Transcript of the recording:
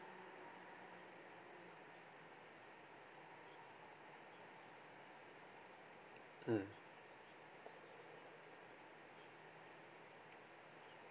mm